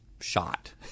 shot